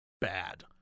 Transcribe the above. bad